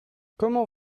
comment